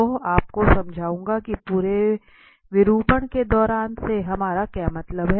तो मैं आपको समझाऊंगा कि पूरे विरूपण के दौरान से हमारा क्या मतलब है